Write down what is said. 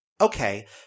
okay